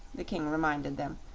the king reminded them,